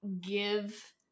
give